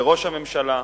לראש הממשלה: